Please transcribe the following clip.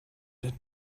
did